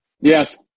Yes